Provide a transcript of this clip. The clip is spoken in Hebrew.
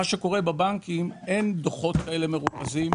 אם אני פונה לבנקים אין דו"חות מרוכזים כאלה,